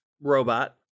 robot